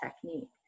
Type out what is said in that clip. technique